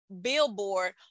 billboard